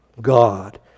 God